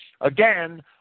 Again